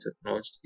technology